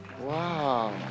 Wow